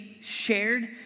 shared